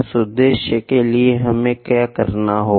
उस उद्देश्य के लिए हमें क्या करना है